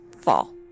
fall